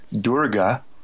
Durga